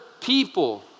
people